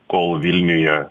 kol vilniuje